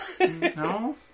No